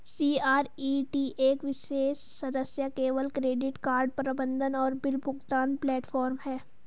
CRED एक विशेष सदस्य केवल क्रेडिट कार्ड प्रबंधन और बिल भुगतान प्लेटफ़ॉर्म है